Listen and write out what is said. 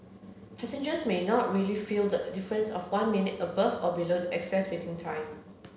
passengers may not really feel the difference of one minute above or below the excess waiting time